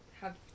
have-